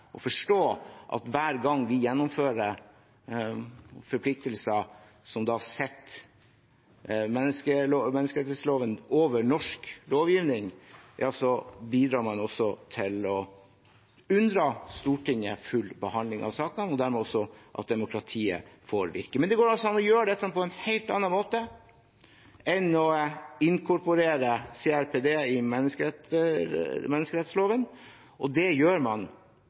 forstå: at hver gang vi gjennomfører forpliktelser som setter menneskerettsloven over norsk lovgivning, bidrar man til å unndra Stortinget full behandling av sakene, og dermed også at demokratiet får virke. Men det går altså an å gjøre dette på en helt annen måte enn å inkorporere CRPD i menneskerettsloven, og det gjør man